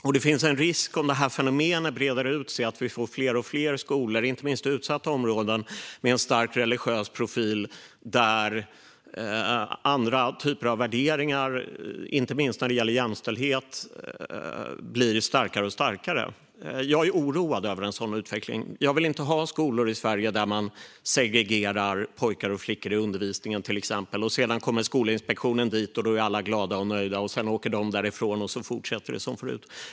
Om det här fenomenet breder ut sig finns det en risk att vi får fler och fler skolor, inte minst i utsatta områden, med en stark religiös profil där andra typer av värderingar, inte minst när det gäller jämställdhet, blir starkare och starkare. Jag är oroad över en sådan utveckling. Jag vill inte ha skolor i Sverige där man segregerar pojkar och flickor i undervisningen, till exempel. Skolinspektionen kommer dit, och då är alla glada och nöjda. Sedan åker de därifrån, och så fortsätter det som förut.